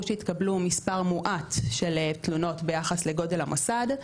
שקיבלו מספר קטן של תלונות ביחס לגודל המוסד.